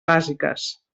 bàsiques